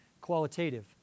qualitative